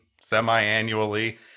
semi-annually